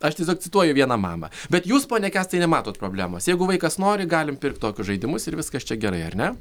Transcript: aš tiesiog cituoju vieną mamą bet jūs pone kęstai nematot problemos jeigu vaikas nori galim pirkt tokius žaidimus ir viskas čia gerai ar ne